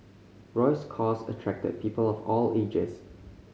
Roy's cause attracted people of all ages